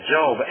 Job